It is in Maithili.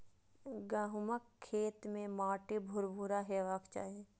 गहूमक खेत के माटि भुरभुरा हेबाक चाही